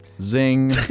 Zing